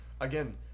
Again